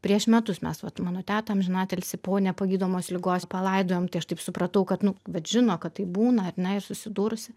prieš metus mes vat mano tetą amžiną atilsį po nepagydomos ligos palaidojom tai aš taip supratau kad nu vat žino kad taip būna ar ne ir susidūrusi